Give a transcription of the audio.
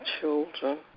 children